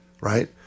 right